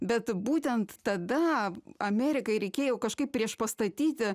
bet būtent tada amerikai reikėjo kažkaip priešpastatyti